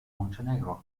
montenegro